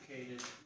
Educated